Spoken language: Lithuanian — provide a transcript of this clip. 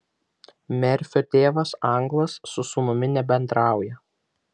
merfio tėvas anglas su sūnumi nebendrauja